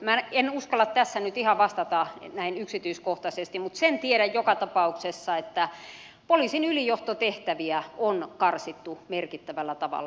minä en uskalla tässä vastata nyt ihan näin yksityiskohtaisesti mutta sen tiedän joka tapauksessa että poliisin ylijohtotehtäviä on karsittu merkittävällä tavalla